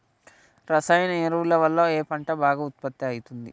రసాయన ఎరువుల వల్ల ఏ పంట బాగా ఉత్పత్తి అయితది?